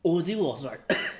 ozil was right